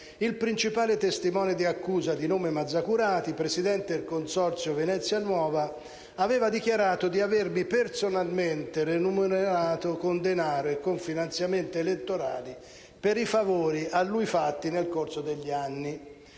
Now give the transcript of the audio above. il principale testimone di accusa, di nome Mazzacurati, presidente del Consorzio Venezia Nuova, aveva dichiarato di avermi personalmente remunerato con denaro e finanziamenti elettorali per i favori a lui fatti nel corso degli anni.